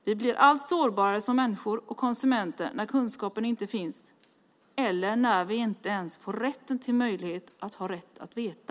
Vi blir allt sårbarare som människor och konsumenter när kunskapen inte finns eller när vi inte ens får rätten till möjlighet att ha rätt att veta.